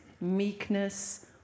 meekness